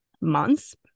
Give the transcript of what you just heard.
Months